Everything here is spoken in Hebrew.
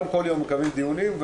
אנחנו כמובן בכל יום מקיימים דיונים.